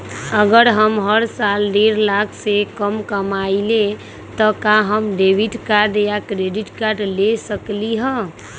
अगर हम हर साल डेढ़ लाख से कम कमावईले त का हम डेबिट कार्ड या क्रेडिट कार्ड ले सकली ह?